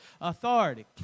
Authority